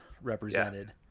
represented